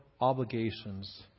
obligations